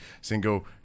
single